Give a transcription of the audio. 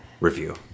review